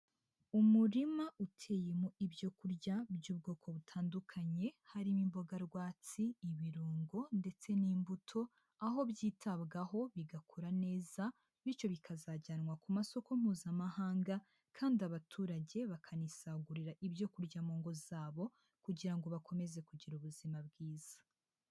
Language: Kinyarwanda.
Umurima uteyemo ibyo kurya by'ubwoko butandukanye, harimo imboga rwatsi, ibirungo ndetse n'imbuto, aho byitabwaho bigakura neza, bityo bikazajyanwa ku masoko Mpuzamahanga, kandi abaturage bakanisagurira ibyo kurya mu ngo zabo, kugira ngo bakomeze kugira ubuzima bwiza.